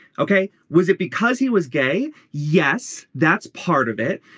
ok. was it because he was gay. yes. that's part of it.